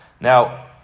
Now